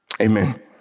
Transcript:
Amen